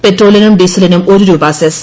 പെട്രോളിനും ഡീസലീന്റും ഒരു രൂപ സെസ്